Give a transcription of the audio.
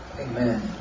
Amen